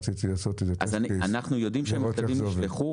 רציתי לעשות טסט קייס, לראות איך זה עובד.